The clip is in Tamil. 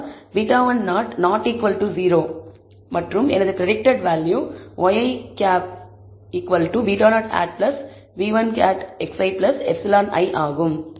0 மற்றும் எனது predicted value ŷi β̂0 β̂1xi εi ஆகும்